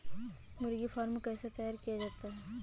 मुर्गी फार्म कैसे तैयार किया जाता है?